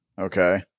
Okay